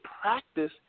practice